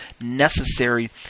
necessary